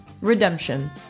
Redemption